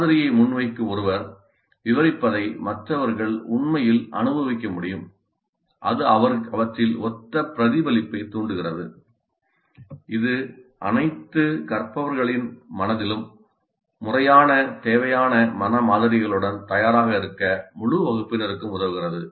மாதிரியை முன்வைக்கும் ஒருவர் விவரிப்பதை மற்றவர்கள் உண்மையில் அனுபவிக்க முடியும் அது அவற்றில் ஒத்த பிரதிபலிப்பைத் தூண்டுகிறது இது அனைத்து கற்பவர்களின் மனதிலும் முறையான தேவையான மன மாதிரிகளுடன் தயாராக இருக்க முழு வகுப்பினருக்கும் உதவுகிறது